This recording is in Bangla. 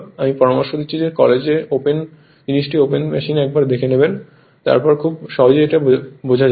আমি পরামর্শ দিচ্ছি যে কলেজে জিনিসটি ওপেন মেশিনে একবার দেখে নেবেন তারপর খুব সহজেই এটি বোঝা যাবে